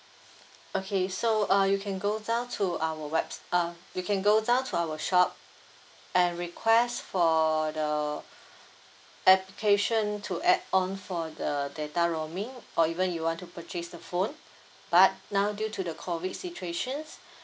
okay so uh you can go down to our web~ uh you can go down to our shop and request for the application to add on for the data roaming or even you want to purchase the phone but now due to the COVID situation